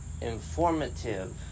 informative